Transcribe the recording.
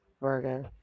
Virgo